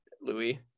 Louis